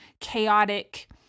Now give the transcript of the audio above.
chaotic